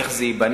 איך זה ייבנה,